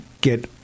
get